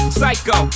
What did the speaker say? Psycho